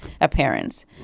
appearance